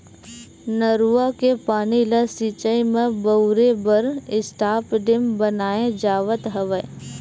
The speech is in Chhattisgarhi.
नरूवा के पानी ल सिचई म बउरे बर स्टॉप डेम बनाए जावत हवय